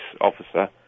officer